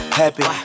happy